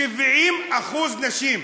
70% נשים.